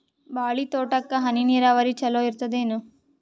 ಬಾಳಿ ತೋಟಕ್ಕ ಹನಿ ನೀರಾವರಿ ಚಲೋ ಇರತದೇನು?